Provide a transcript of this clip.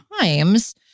times